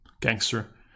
gangster